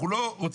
אנחנו לא רוצים.